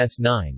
S9